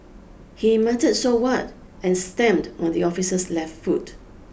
he muttered so what and stamped on the officer's left foot